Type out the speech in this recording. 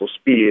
speed